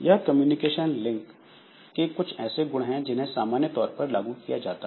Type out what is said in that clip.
यह communication link के कुछ ऐसे गुण हैं जिन्हें सामान्य तौर पर लागू किया जाता है